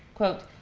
quote,